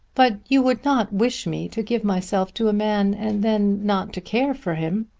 but you would not wish me to give myself to a man and then not to care for him.